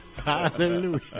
Hallelujah